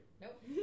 Nope